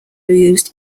used